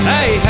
Hey